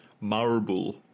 Marble